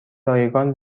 رایگان